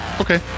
Okay